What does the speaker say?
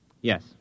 Yes